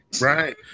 right